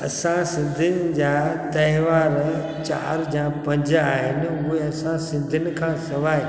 असां सिंधियुनि जा त्योहार चारि या पंज आहिनि उहे असां सिंधियुनि खां सवाइ